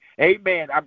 Amen